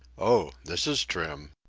o, this is trim!